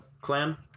clan